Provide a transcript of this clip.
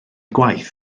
gwaith